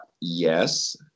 yes